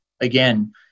again